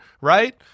Right